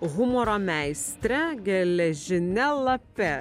humoro meistre geležine lape